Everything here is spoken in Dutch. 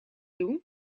doen